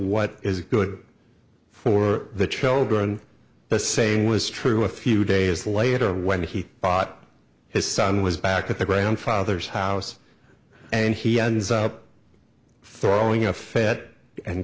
what is good for the children the saying was true a few days later when he bought his son was back at the grandfather's house and he ends up throwing a fit and